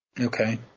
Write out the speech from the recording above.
Okay